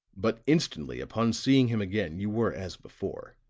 but instantly, upon seeing him again, you were as before.